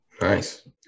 Nice